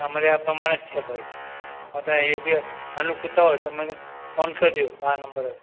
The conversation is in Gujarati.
અમારી આ પ્રમાણે જ છે ભાઈ આ તને યોગ્ય અનુકૂળતા હોય તો મને ફોન કરજો આ નંબરે